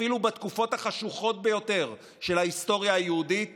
אפילו בתקופות החשוכות ביותר של ההיסטוריה היהודית